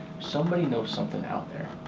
somebody knows something out there.